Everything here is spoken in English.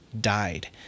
died